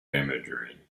imagery